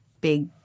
big